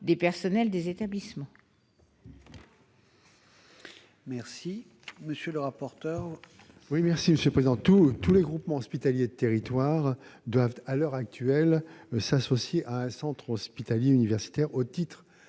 des personnels des établissements.